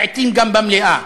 לעתים גם במליאה.